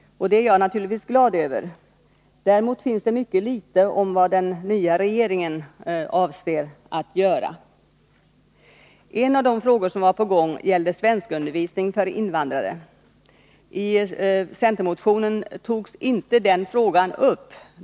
Det är jag naturligtvis glad över. Däremot står det mycket litet om vad den nya regeringen avser göra. En av de frågor som var på gång gäller svenskundervisningen för invandrare. I centermotionen togs inte den frågan upp.